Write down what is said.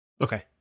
Okay